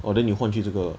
well then 你换去这个